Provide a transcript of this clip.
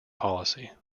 policy